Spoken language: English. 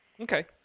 Okay